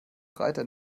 reiter